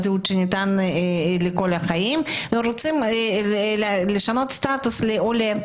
זהות שניתן להם לכל החיים והם רוצים לשנות סטטוס לעולה,